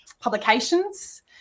publications